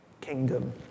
kingdom